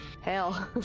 Hell